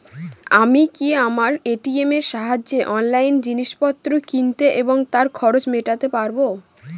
আমি কি আমার এ.টি.এম এর সাহায্যে অনলাইন জিনিসপত্র কিনতে এবং তার খরচ মেটাতে পারব?